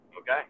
Okay